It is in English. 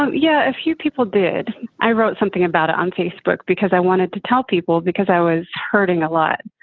yeah. a few people did i wrote something about it on facebook because i wanted to tell people because i was hurting a lot.